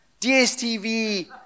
DSTV